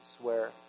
swear